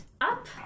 up